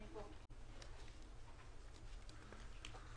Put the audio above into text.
אם אפשר לומר ככה מבצעת את הצו